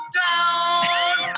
down